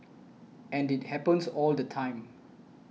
and it happens all the time